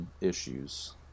issues